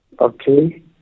Okay